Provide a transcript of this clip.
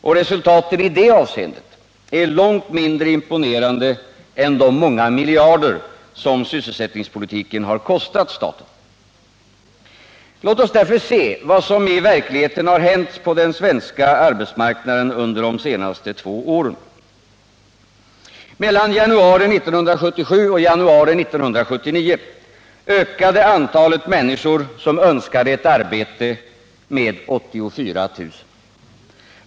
Och resultaten i det avseendet är långt mindre imponerande än de många miljarder som sysselsättningspolitiken har kostat staten. Låt oss därför se vad som i verkligheten hänt på den svenska arbetsmarknaden under de senaste två åren. Mellan januari 1977 och januari 1979 ökade antalet människor som önskade ett arbete med 84 000.